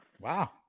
Wow